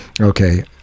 okay